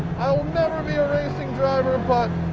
never be a racing driver, but